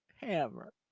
Hammer